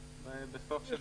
כאמור.